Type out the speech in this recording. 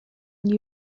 new